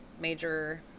major